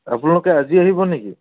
আপোনালোকে আজি আহিব নেকি